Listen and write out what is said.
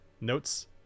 notes